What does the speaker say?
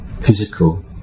physical